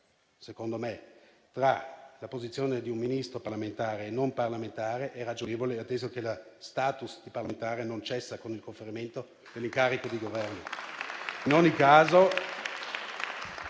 secondo me, tra la posizione di un ministro parlamentare e non parlamentare è ragionevole, atteso che lo *status* di parlamentare non cessa con il conferimento dell'incarico di governo.